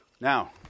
Now